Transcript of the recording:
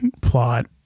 plot